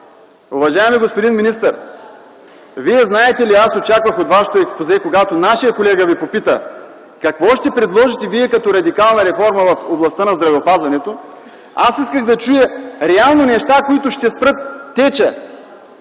Уважаеми господин министър, Вие знаете ли, аз очаквах от Вашето експозе, когато нашият колега Ви попита какво ще предложите Вие като радикална реформа в областта на здравеопазването, аз исках да чуя реални неща, които ще спрат теча